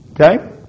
okay